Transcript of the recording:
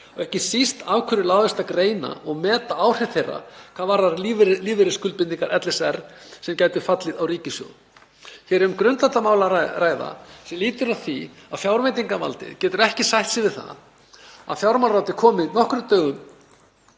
og ekki síst af hverju láðist að greina og meta áhrif þeirra hvað varðar lífeyrisskuldbindingar LSR sem gætu síðan fallið á ríkissjóð. Hér er um grundvallarmál að ræða sem lýtur að því að fjárveitingavaldið getur ekki sætt sig við það að fjármálaráðuneytið komi á nokkrum dögum